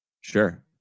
Sure